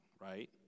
right